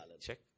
check